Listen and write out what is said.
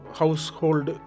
household